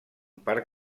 parc